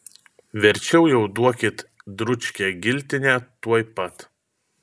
verčiau jau duokit dručkę giltinę tuoj pat